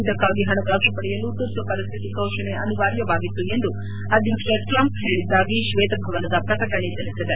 ಇದಕ್ಕಾಗಿ ಪಣಕಾಸು ಪಡೆಯಲು ತುರ್ತು ಪರಿಸ್ಥಿತಿ ಘೋಷಣೆ ಅನಿವಾರ್ವವಾಗಿತ್ತು ಎಂದು ಅಧ್ಯಕ್ಷ ಟ್ರಂಪ್ ಹೇಳಿದ್ದಾಗಿ ಶ್ವೇತಭವನದ ಪ್ರಕಟಣೆ ತಿಳಿಸಿದೆ